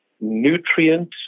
nutrient